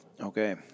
Okay